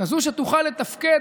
כזו שתוכל לתפקד,